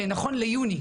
שנכון ליוני,